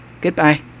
Goodbye